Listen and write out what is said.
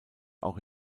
auch